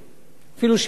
אפילו שהם לא כאן.